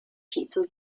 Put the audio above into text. people